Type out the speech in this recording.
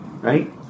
right